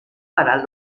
para